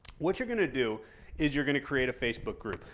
what you're going to do is you're going to create a facebook group.